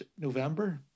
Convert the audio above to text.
November